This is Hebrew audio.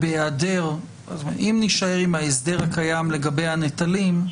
אם נישאר עם ההסדר הקיים לגבי הנטלים,